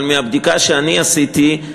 אבל מהבדיקה שאני עשיתי,